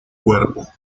cuerpo